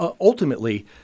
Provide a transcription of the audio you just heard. ultimately